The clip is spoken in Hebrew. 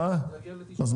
זה